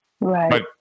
Right